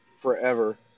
forever